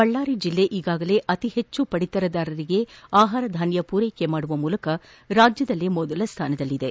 ಬಳ್ಳಾರಿ ಜಿಲ್ಲೆ ಈಗಾಗಲೇ ಅತಿ ಹೆಚ್ಚು ಪಡಿತರದಾರರಿಗೆ ಆಹಾರಧಾನ್ಯ ಪೂರೈಕೆ ಮಾಡುವ ಮೂಲಕ ರಾಜ್ಞದಲ್ಲೇ ಮೊದಲ ಸ್ಥಾನದಲ್ಲಿದೆ